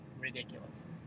ridiculous